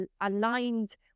aligned